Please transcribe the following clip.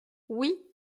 oui